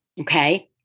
Okay